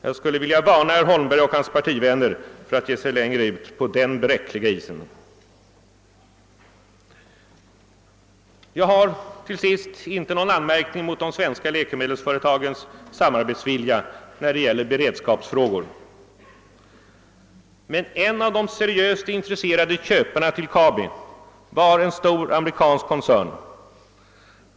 Jag skulle vilja varna herr Holmberg och hans partivänner för att ge sig ut längre på den bräckliga isen. Jag har, till sist, inte någon anmärkning att göra mot de svenska läkemedelsföretagens samarbetsvilja när det gäller beredskapsfrågor. En av de seriöst intresserade köparna till Kabi var emellertid en stor amerikansk koncern.